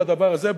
בדבר הזה,